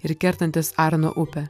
ir kertantis arno upę